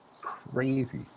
Crazy